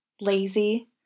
Lazy